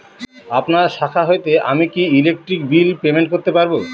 আপনার শাখা হইতে আমি কি ইলেকট্রিক বিল পেমেন্ট করতে পারব?